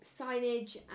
signage